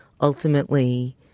ultimately